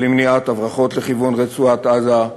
למניעת הברחות בכיוון רצועת-עזה,